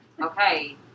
Okay